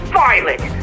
violent